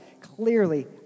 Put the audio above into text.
clearly